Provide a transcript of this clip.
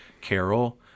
Carol